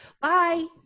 Bye